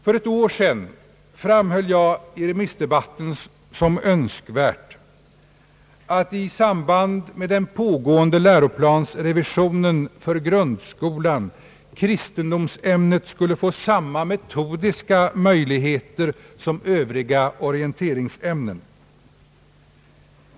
För ett år sedan framhöll jag i re missdebatten som önskvärt att i samband med den pågående läroplansrevisionen för grundskolan kristendomsämnet skulle få samma metodiska möjligheter som Övriga orienteringsämnen.